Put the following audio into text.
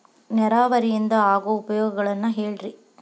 ನೇರಾವರಿಯಿಂದ ಆಗೋ ಉಪಯೋಗಗಳನ್ನು ಹೇಳ್ರಿ